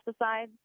pesticides